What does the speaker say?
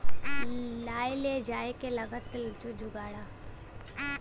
लाए ले जाए के लागतो जुड़ाला